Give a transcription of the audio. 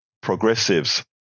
Progressives